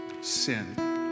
Sin